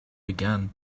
began